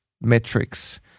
metrics